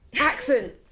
accent